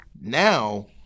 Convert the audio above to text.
now